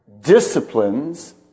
disciplines